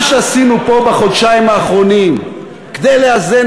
מה שעשינו פה בחודשיים האחרונים כדי לאזן